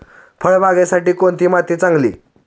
फळबागेसाठी कोणती माती चांगली?